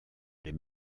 les